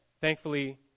thankfully